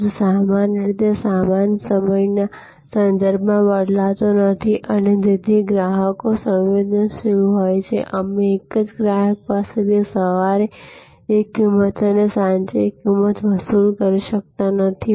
પરંતુ સામાન્ય રીતે સામાન સમયના સંદર્ભમાં બદલાતો નથી અને તેથી ગ્રાહકો સંવેદનશીલ હોય છે તમે એક જ ગ્રાહક પાસેથી સવારે એક કિંમત અને સાંજે એક કિંમત વસૂલ કરી શકતા નથી